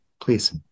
please